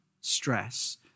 stress